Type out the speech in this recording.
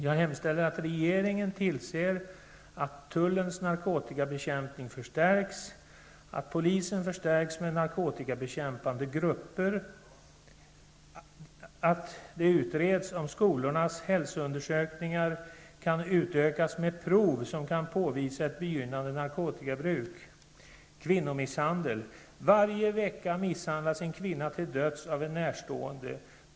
Jag hemställer att regeringen tillser att tullens narkotikabekämpning förstärks, att polisen förstärks med narkotikabekämpande grupper och att det utreds om skolornas hälsoundersökningar kan utökas med prov som kan påvisa ett begynnande narkotikabruk. Vidare har vi frågan om kvinnomisshandel. Varje vecka misshandlas en kvinna till döds av en närstående.